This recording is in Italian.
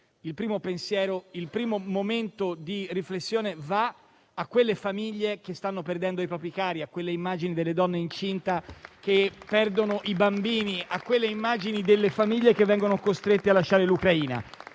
il primo pensiero, il primo momento di riflessione vanno a quelle famiglie che stanno perdendo i propri cari, a quelle immagini delle donne incinte che perdono i bambini, a quelle immagini di famiglie che vengono costrette a lasciare l'Ucraina